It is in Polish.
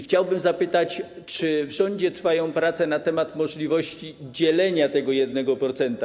Chciałbym zapytać, czy w rządzie trwają prace dotyczące możliwości dzielenia tego 1%.